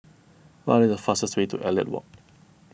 what is the fastest way to Elliot Walk